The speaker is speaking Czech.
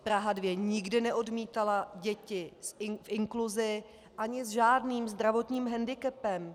Praha 2 nikdy neodmítala děti k inkluzi ani s žádným zdravotním hendikepem.